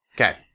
okay